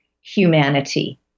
humanity